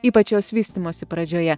ypač jos vystymosi pradžioje